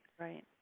Right